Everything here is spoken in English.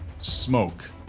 smoke